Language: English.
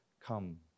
come